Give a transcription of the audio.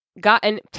Gotten